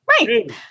Right